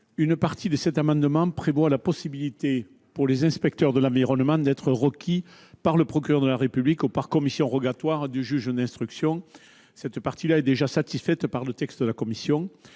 prévoit notamment la possibilité pour les inspecteurs de l'environnement d'être requis par le procureur de la République ou par commission rogatoire du juge d'instruction : cette disposition est satisfaite par le texte de la commission.